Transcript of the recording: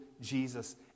Jesus